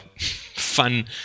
fun